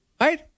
right